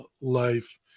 life